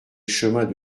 chemin